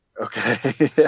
Okay